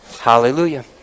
Hallelujah